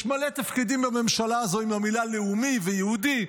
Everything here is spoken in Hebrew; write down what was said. יש מלא תפקידים בממשלה הזו עם המילים לאומי ויהודי.